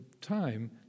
time